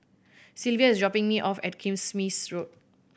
Silvia is dropping me off at Kismis Road